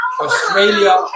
Australia